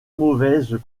mauvaises